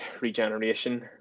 regeneration